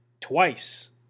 twice